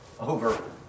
over